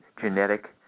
genetic